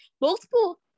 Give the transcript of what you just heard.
multiple